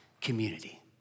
community